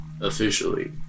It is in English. officially